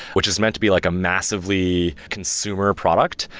which is meant to be like a massively consumer product,